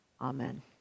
Amen